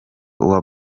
uwa